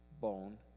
Bone